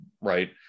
right